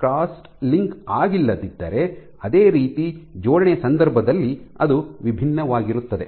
cross linked ಆಗಿಲ್ಲದಿದ್ದರೆ ಅದೇ ರೀತಿ ಜೋಡಣೆಯ ಸಂದರ್ಭದಲ್ಲಿ ಅದು ವಿಭಿನ್ನವಾಗಿರುತ್ತದೆ